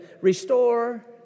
restore